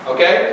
Okay